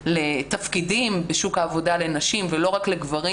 לתפקידים בשוק העבודה לנשים ולא רק לגברים.